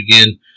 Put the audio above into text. again